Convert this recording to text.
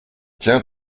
tiens